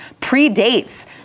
predates